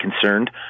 concerned